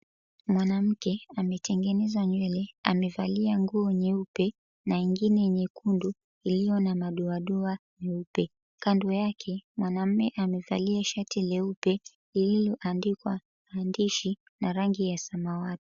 Mwanamke ametengeneza nywele. Amevalia nguo nyeupe na ingine nyekundu iliyo na madoadoa nyeupe. Kando yake, mwanaume amevalia shati leupe iliyoandikwa maandishi na rangi ya samawati.